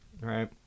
right